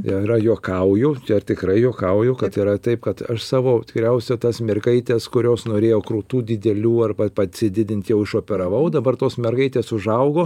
yra juokauju ir tikrai juokauju kad yra taip kad aš savo tikriausiai tas mergaites kurios norėjo krūtų didelių arba pasididint jau išoperavau dabar tos mergaitės užaugo